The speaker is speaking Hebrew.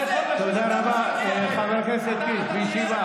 תודה רבה, חבר הכנסת קיש.